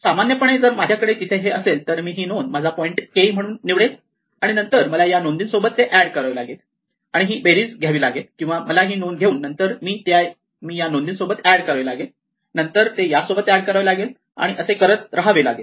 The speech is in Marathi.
सामान्यपणे जर माझ्याकडे तिथे हे असेल तर मी ही नोंद माझा पॉईंट k म्हणून निवडेल आणि नंतर मला या नोंदी सोबत ते ऍड करावे लागेल आणि ही बेरीज घ्यावी लागेल किंवा मला ही नोंद घेऊन नंतर ती या नोंदी सोबत ऍड करावे लागेल नंतर ते यासोबत एड करावे लागेल आणि असे करत राहावे लागेल